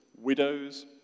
Widows